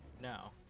No